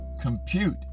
compute